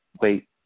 Wait